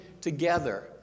together